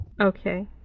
Okay